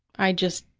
i just,